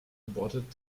aborted